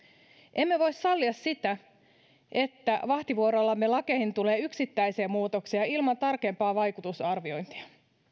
emme voi sallia sitä että vahtivuorollamme lakeihin tulee yksittäisiä muutoksia ilman tarkempaa vaikutusarviointia